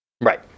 Right